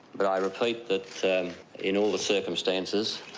but i repeat that in all the circumstances,